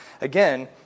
Again